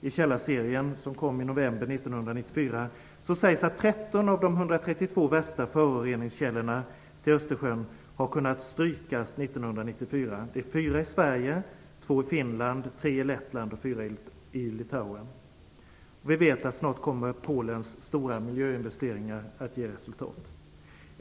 i källaserien som kom i november 1994 sägs att 13 av de 132 värsta föroreningskällorna till Östersjön har kunnat strykas 1994. Det är fyra i Sverige, två i Finland, tre i Lettland och fyra i Litauen. Vi vet också att Polens stora miljöinvestering snart kommer att ge resultat.